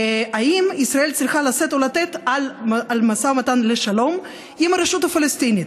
אם ישראל צריכה לשאת ולתת במשא ומתן לשלום עם הרשות הפלסטינית,